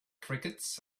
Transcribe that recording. crickets